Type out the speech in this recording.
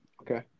Okay